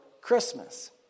Christmas